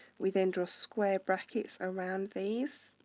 we then draw square brackets around these